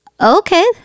Okay